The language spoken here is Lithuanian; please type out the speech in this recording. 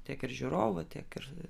tiek ir žiūrovų tiek ir